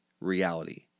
reality